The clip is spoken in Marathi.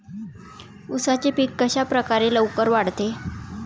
उसाचे पीक कशाप्रकारे लवकर वाढते?